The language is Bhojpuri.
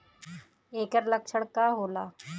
ऐकर लक्षण का होला?